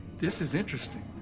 this is interesting.